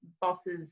bosses